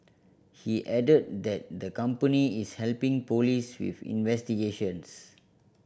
he added that the company is helping police with investigations